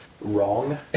wrong